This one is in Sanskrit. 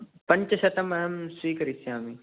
पञ्चशतम् अहं स्वीकरिष्यामि